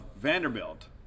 Vanderbilt